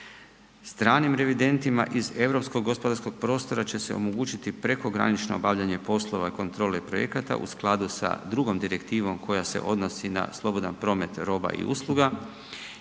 Stranim revidentima iz europskog gospodarskog prostora će se omogućiti prekogranično obavljanje poslova kontrole projekata u skladu sa drugom direktivom koja se odnosi na slobodan promet roba i usluga